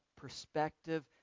perspective